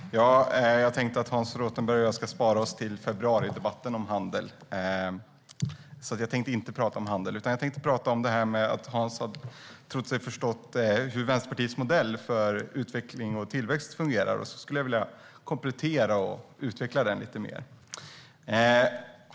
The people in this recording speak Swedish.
Herr talman! Jag tänkte att Hans Rothenberg och jag skulle spara oss till februaridebatten om handel och ska därför inte tala om den nu. I stället tänkte jag ta upp att Hans tror sig ha förstått hur Vänsterpartiets modell för utveckling och tillväxt fungerar. Jag skulle vilja komplettera och utveckla det lite grann.